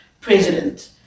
President